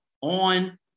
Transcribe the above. on